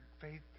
faith